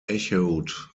echoed